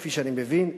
כפי שאני מבין,